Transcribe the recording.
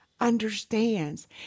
understands